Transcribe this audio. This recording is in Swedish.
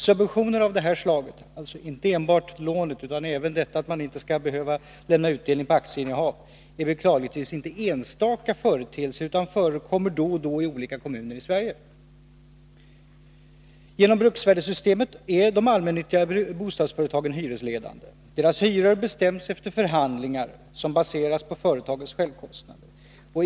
Subventioner av detta slag, alltså inte enbart lånet utan även detta att man inte skall behöva lämna utdelning på aktieinnehav, är beklagligtvis inte en enstaka företeelse utan förekommer då och då i olika kommuner i Sverige. Genom bruksvärdessystemet är de allmännyttiga bostadsföretagen hyresledande. Deras hyror bestäms efter förhandlingar och baseras på företagens självkostnader.